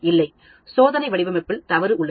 இல்லை சோதனை வடிவமைப்பில் தவறு உள்ளது